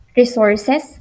resources